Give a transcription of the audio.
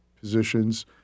positions